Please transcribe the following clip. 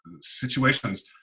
situations